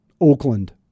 Oakland